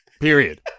Period